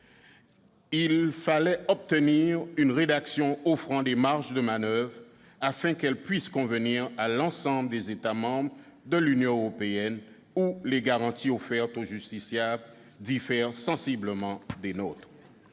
Il fallait obtenir une rédaction offrant des marges de manoeuvre, afin qu'elle puisse convenir à l'ensemble des États membres de l'Union européenne, dans lesquels les garanties offertes aux justiciables diffèrent sensiblement des nôtres.